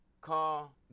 call